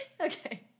Okay